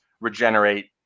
regenerate